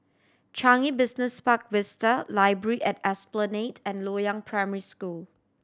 Changi Business Park Vista Library at Esplanade and Loyang Primary School